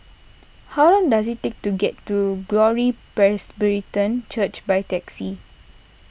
how long does it take to get to Glory Presbyterian Church by taxi